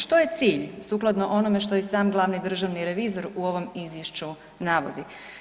Što je cilj sukladno onome što i sam glavni državni revizor u ovom izvješću navodi?